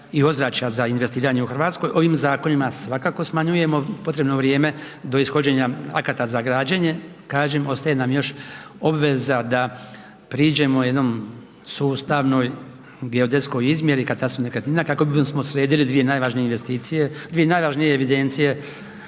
i ozračja za investiranje u RH. Ovim zakonima svakako smanjujemo potrebno vrijeme do ishođenja akata za građenje, kažem, ostaje nam još obveza da priđemo jednoj sustavnoj geodetskoj izmjeri katastra nekretnina kako bismo sredili dvije najvažnije investicije,